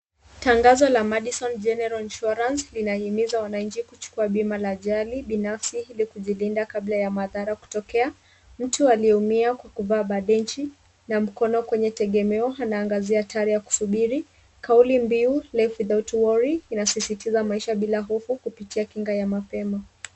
Tangazo la madison general insurance[cs ]linahimiza wananchi kuchukua bima la ajali binafsi ili kujilinda kabla ya madhara kutokea. Mtu aliyeumia kwa kuvaa bandeji na mkono mwenye tegemeo anaangazia athari ya kusubiri. Kauli mbiu life without worry inasisitiza maisha bila hofu kwa kupitia kinga ya mapema.